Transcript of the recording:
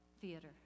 theater